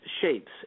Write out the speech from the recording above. shapes